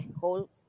whole